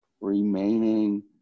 remaining